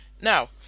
Now